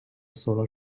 solar